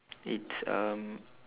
it's um